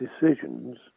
decisions